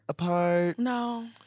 No